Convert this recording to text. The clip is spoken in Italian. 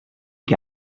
che